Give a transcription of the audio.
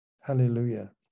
hallelujah